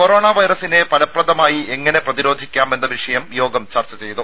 corona വൈറസിനെ ഫലപ്രദമായി എങ്ങനെ പ്രതിരോധിക്കാം എന്ന വിഷയം യോഗം ചർച്ച ചെയ്തു